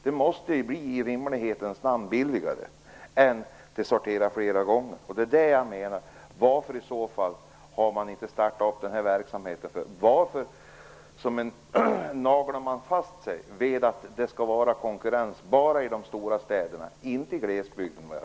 Det måste i rimlighetens namn bli billigare än att sortera posten flera gånger. Varför naglar man sig fast vid att det skall vara konkurrens bara i de stora städerna och inte i glesbygden?